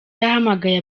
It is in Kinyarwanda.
yahamagaye